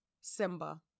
Simba